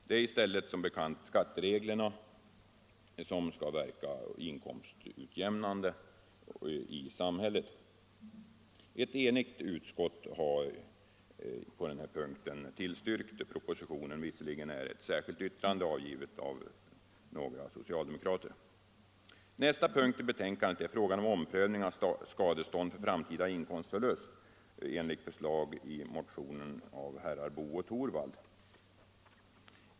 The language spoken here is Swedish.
Det är i stället som bekant skattereglerna som skall verka inkomstutjämnande i samhället. Ett enigt utskott har tillstyrkt propositionen på denna punkt — låt vara att ett särskilt yttrande avgivits av två socialdemokrater. Nästa punkt i betänkandet gäller frågan om omprövning av skadestånd för framtida inkomstförlust enligt förslag i motionen av herrar Boo och Torwald.